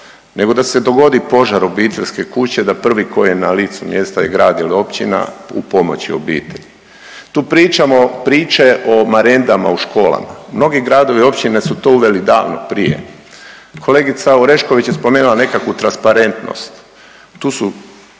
nego da se dogodi požar obiteljske kuće, da prvi koji je na licu mjesta je grad ili općina u pomoći obitelji. Tu pričamo priče o marendama u školama. Mnogi gradovi i općine su to uveli davno prije. Kolegica Orešković je spomenula nekakvu transparentnost. Tu su